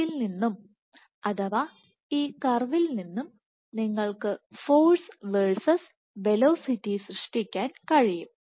ഇതിൽ നിന്നും അഥവാ ഈ കർവിൽ നിന്നും നിങ്ങൾക്ക് ഫോഴ്സ് വേഴ്സസ് വെലോസിറ്റി സൃഷ്ടിക്കാൻ കഴിയും